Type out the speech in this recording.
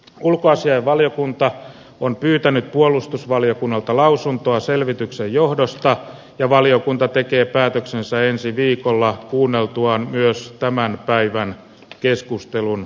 ulkoasiainvaliokunta on pyytänyt puolustusvaliokunnalta lausuntoa selvityksen johdosta ja valiokunta tekee päätöksensä ensi viikolla kuunneltuaan myös tämän päivän keskustelun evästyksiä